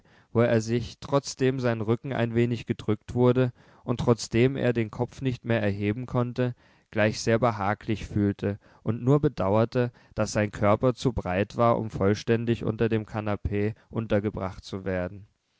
wo er sich trotzdem sein rücken ein wenig gedrückt wurde und trotzdem er den kopf nicht mehr erheben konnte gleich sehr behaglich fühlte und nur bedauerte daß sein körper zu breit war um vollständig unter dem kanapee untergebracht zu werden